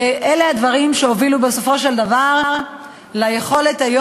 אלה הדברים שהובילו בסופו של דבר ליכולת שיש